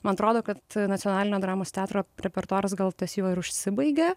man atrodo kad nacionalinio dramos teatro repertuaras gal ties juo ir užsibaigė